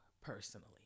personally